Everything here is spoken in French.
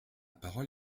parole